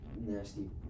nasty